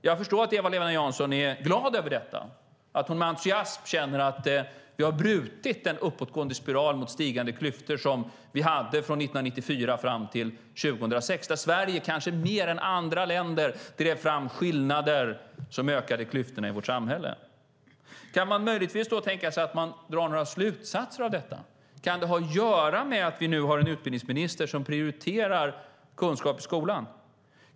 Jag förstår att Eva-Lena Jansson är glad över detta, att hon känner entusiasm för att vi har brutit den uppåtgående spiralen mot stigande klyftor som fanns från 1994 fram till 2006, där Sverige kanske mer än andra länder drev fram skillnader som ökade klyftorna i vårt samhälle. Kan man möjligtvis tänka sig att dra några slutsatser av detta? Kan det ha att göra med att vi nu har en utbildningsminister som prioriterar kunskap i skolan?